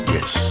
Yes